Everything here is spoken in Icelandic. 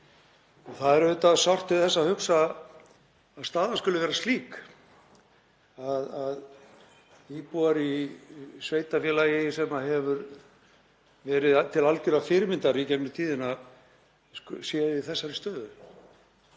Það er auðvitað sárt til þess að hugsa að staðan skuli vera slík að íbúar í sveitarfélagi sem hefur verið til algjörrar fyrirmyndar í gegnum tíðina séu í þessari stöðu.